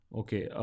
okay